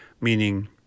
meaning